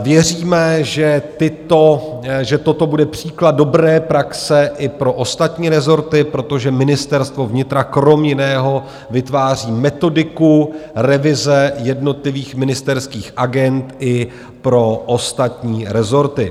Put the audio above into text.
Věříme, že toto bude příklad dobré praxe i pro ostatní rezorty, protože Ministerstvo vnitra kromě jiného vytváří metodiku revize jednotlivých ministerských agend i pro ostatní rezorty.